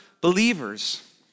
believers